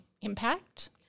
impact